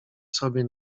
sobie